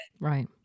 Right